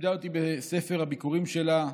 שכיבדה אותי בספר הביכורים שלה,